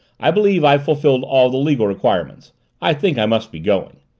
i believe i've fulfilled all the legal requirements i think i must be going.